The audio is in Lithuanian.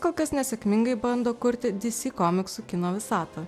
kol kas nesėkmingai bando kurti dc komiksų kino visatą